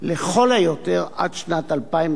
ולכל היותר עד לשנת 2017,